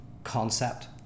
concept